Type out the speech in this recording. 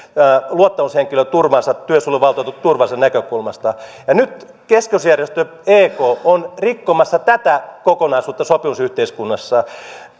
luottamushenkilöturvansa työsuojeluvaltuutettuturvansa näkökulmasta ja nyt keskusjärjestö ek on rikkomassa tätä kokonaisuutta sopimusyhteiskunnassa